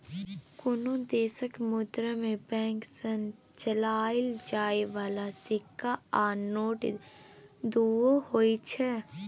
कुनु देशक मुद्रा मे बैंक सँ चलाएल जाइ बला सिक्का आ नोट दुओ होइ छै